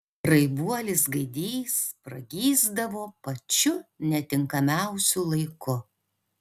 raibuolis gaidys pragysdavo pačiu netinkamiausiu laiku